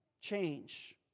change